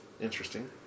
Interesting